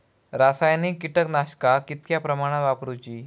रासायनिक कीटकनाशका कितक्या प्रमाणात वापरूची?